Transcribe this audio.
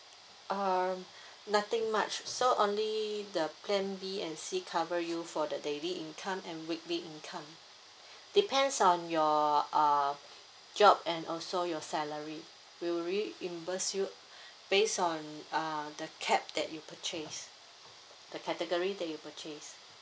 uh nothing much so only the plan B and C cover you for the daily income and weekly income depends on your uh job and also your salary we'll reimburse you based on uh the cap that you purchase the category that you purchase